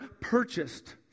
purchased